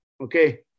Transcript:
okay